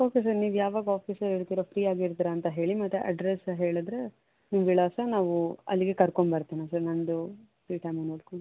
okay sir ನೀವು ಯಾವಾಗ ಆಫೀಸಲ್ಲಿ ಇರ್ತೀರೋ ಫ್ರೀಯಾಗಿರ್ತೀರ ಅಂತ ಹೇಳಿ ಮತ್ತು ಅಡ್ರೆಸ್ನ ಹೇಳಿದ್ರೆ ನಿಮ್ಮ ವಿಳಾಸ ನಾವು ಅಲ್ಲಿಗೆ ಕರ್ಕೊಂಡ್ಬರ್ತೇನೆ ಸರ್ ನನ್ನದು ಫ್ರೀ ಟೈಮ್ನ ನೋಡ್ಕೊಂಡು